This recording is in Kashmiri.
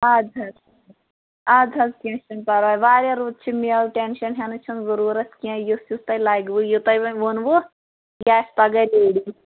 اَدٕ حظ آدٕ حظ کیٚنٛہہ چھُنہٕ پَرواے واریاہ رُت چھِ مٮ۪وٕ ٹٮ۪نشَن ہٮ۪نٕچ چھَنہٕ ضروٗرَت کیٚنٛہہ یُس یُس تۄہہِ لَگوٕ یہِ تۄہہِ وۅنۍ ووٚنوٕ یہِ آسہِ پگاہ ریڈی